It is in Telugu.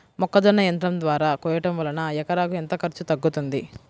మొక్కజొన్న యంత్రం ద్వారా కోయటం వలన ఎకరాకు ఎంత ఖర్చు తగ్గుతుంది?